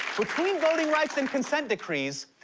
between voting rights and consent decrees,